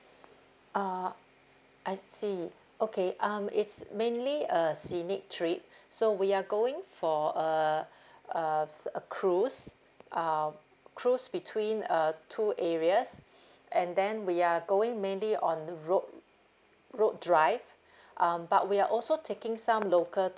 uh I see okay um it's mainly a scenic trip so we are going for a uh s~ a cruise uh cruise between uh two areas and then we are going mainly on rope road drive um but we are also taking some local